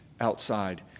outside